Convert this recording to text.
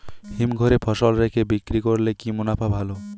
হিমঘরে ফসল রেখে বিক্রি করলে কি মুনাফা ভালো?